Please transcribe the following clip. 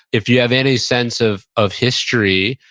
if you have any sense of of history,